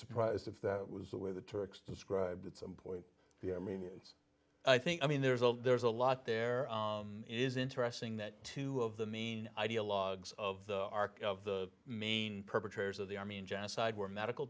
surprised if that was the way the turks described at some point the armenians i think i mean there's a there's a lot there is interesting that two of the main ideologues of the arc of the main perpetrators of the army genocide were medical